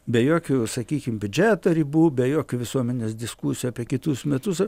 be jokių sakykim biudžeto ribų be jokių visuomenės diskusijų apie kitus metus